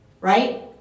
Right